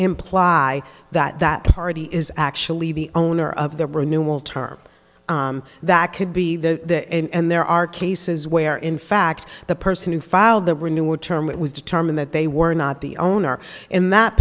imply that that party is actually the owner of the renewal term that could be the end there are cases where in fact the person who filed the renewal term it was determined that they were not the owner in that